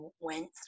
went